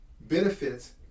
benefits